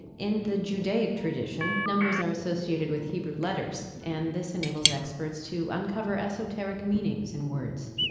in the judaic tradition, numbers are associated with hebrew letters, and this enables experts to uncover esoteric meanings in words.